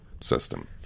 system